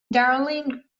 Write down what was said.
darling